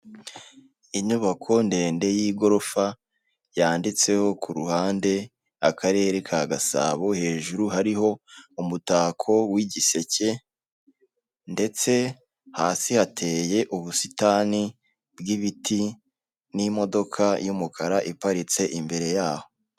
Inyubako ndende y'igorofa, yanditseho ku ruhande Akarere ka Gasabo, hejuru hariho umutako w'igiseke ndetse hasi hateye ubusitani bw'ibiti n'imodoka y'umukara iparitse imbere yaho.